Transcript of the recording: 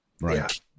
Right